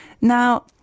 Now